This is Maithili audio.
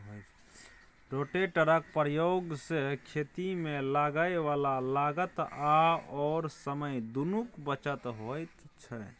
रोटेटरक प्रयोग सँ खेतीमे लागय बला लागत आओर समय दुनूक बचत होइत छै